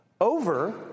over